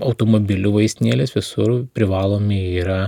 automobilių vaistinėles visur privalomi yra